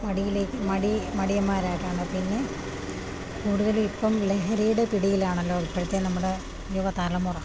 മടിയിലേക്ക് മടി മടിയന്മാരായിട്ടാണ് പിന്നെ കൂടുതലും ഇപ്പം ലഹരിയുടെ പിടിയിലാണല്ലോ ഇപ്പോഴത്തെ നമ്മുടെ യുവതലമുറ